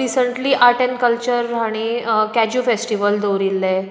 recently art and culture हांणी कॅज्यु festival दवरिल्लें